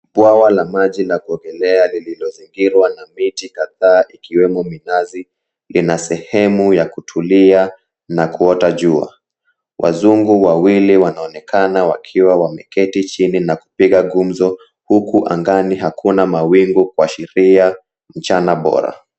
Bwawa la maji la kuogelea lililozingirwa na miti kadha ikiwemo minazi, lina sehemu ya kutulia na kuota jua. Wazungu wawili wanaonekana wakiwa wameketi chini na kupiga gumzo huku angani hakuna mawingu kuashiria mchana bora.